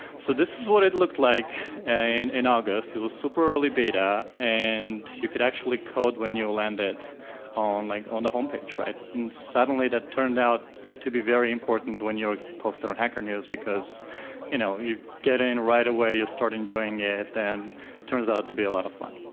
so this is what it looked like and in august, it was super early beta, and you could actually code when you landed on like on the home right. and suddenly that turned out to be very important when you post it on hacker news because you know, you get in right away, you start enjoying it, and turns out to be a lot of fun.